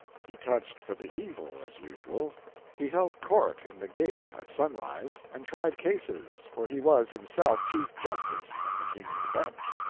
he touched for the evil, as usual he held court in the gate at sunrise and tried cases, for he was himself chief justice of the king's bench.